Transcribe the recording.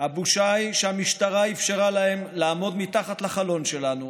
"הבושה היא שהמשטרה אפשרה להם לעמוד מתחת לחלון שלנו